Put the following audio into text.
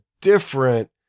different